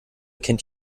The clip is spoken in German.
kennt